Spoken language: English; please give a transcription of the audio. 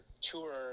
tour